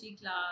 class